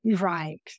Right